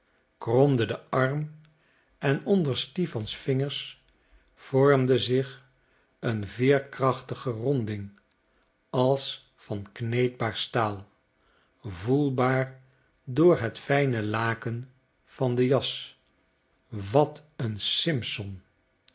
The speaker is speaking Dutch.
kromde den arm en onder stipans vingers vormde zich een veerkrachtige ronding als van kneedbaar staal voelbaar door het fijne laken van den jas wat een